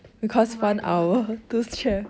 oh my god